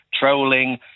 trolling